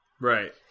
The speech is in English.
Right